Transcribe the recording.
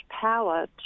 power